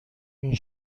این